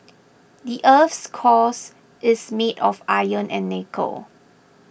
the earth's cores is made of iron and nickel